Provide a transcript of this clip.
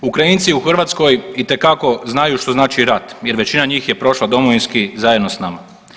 Ukrajinci u Hrvatskoj itekako znaju što znači rat jer većina njih je prošla Domovinski zajedno s nama.